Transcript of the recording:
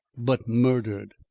but murdered.